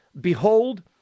Behold